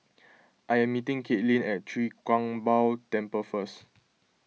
I am meeting Kaitlyn at Chwee Kang Beo Temple first